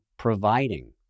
Providing